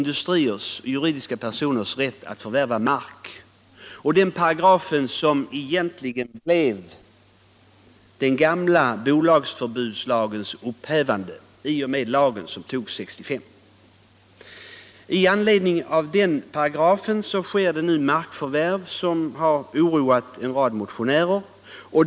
Det är den = stiftningen paragraf som, när jordförvärvslagen togs 1965, egentligen innebar den gamla bolagsförbudslagens upphävande. Med stöd av den paragrafen sker det nu markförvärv som har oroat en rad motionärer.